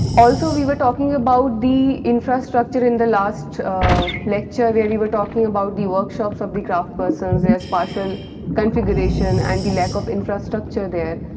also we were talking about the infrastructure in the last lecture where we were talking about the workshops of the craft persons, there is partial configuration and the lack of infrastructure there.